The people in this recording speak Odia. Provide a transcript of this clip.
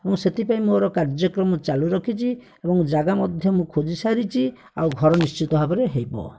ଏବଂ ସେଥିପାଇଁ ମୋର କାର୍ଯ୍ୟକ୍ରମ ଚାଲୁ ରଖିଛି ଏବଂ ଜାଗା ମଧ୍ୟ ମୁଁ ଖୋଜି ସାରିଛି ଆଉ ଘର ନିଶ୍ଚିନ୍ତ ଭାବରେ ହେବ